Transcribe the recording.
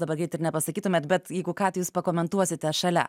dabar greit ir nepasakytumėt bet jeigu ką tai jūs pakomentuosite šalia